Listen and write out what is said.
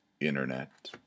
internet